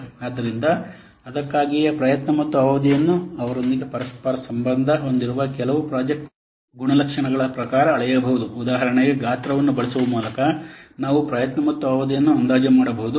ಆದ್ದರಿಂದ ಅದಕ್ಕಾಗಿಯೇ ಪ್ರಯತ್ನ ಮತ್ತು ಅವಧಿಯನ್ನು ಅದರೊಂದಿಗೆ ಪರಸ್ಪರ ಸಂಬಂಧ ಹೊಂದಿರುವ ಕೆಲವು ಪ್ರಾಜೆಕ್ಟ್ ಗುಣಲಕ್ಷಣಗಳ ಪ್ರಕಾರ ಅಳೆಯಬಹುದು ಉದಾಹರಣೆಗೆ ಗಾತ್ರವನ್ನು ಬಳಸುವ ಮೂಲಕ ನಾವು ಪ್ರಯತ್ನ ಮತ್ತು ಅವಧಿಯನ್ನು ಅಂದಾಜು ಮಾಡಬಹುದು